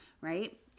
right